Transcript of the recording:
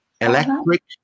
electric